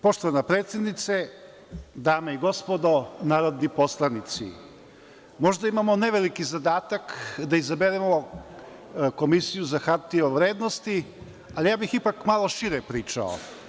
Poštovana predsednice, dame i gospodo narodni poslanici, možda imamo ne veliki zadatak da izaberemo Komisiju za hartije od vrednosti, ali ja bih ipak malo šire pričao.